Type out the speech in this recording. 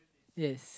yes